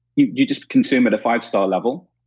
you you just consume at a five-star level.